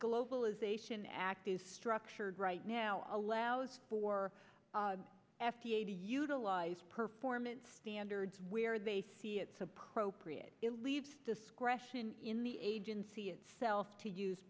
globalization act is structured right now allows for f d a to utilize performance standards where they see it's appropriate to leave discretion in the agency itself to use